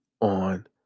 on